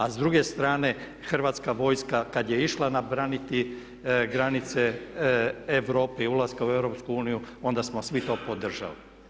A s druge strane Hrvatska vojska kad je išla braniti granice Europi, ulaska u EU onda smo svi to podržali.